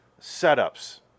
setups